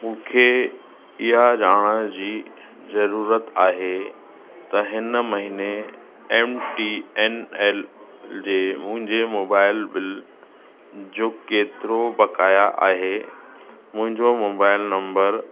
मूंखे इहा ॼाणण जी ज़रूरत आहे त हिन महीने एम टी एन एल जे मुंहिंजे मोबाइल बिल जो केरोति बकाया आहे मुंहिंजो मोबाइल नम्बर